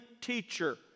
teacher